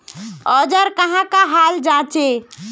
औजार कहाँ का हाल जांचें?